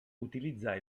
utilizza